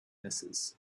misses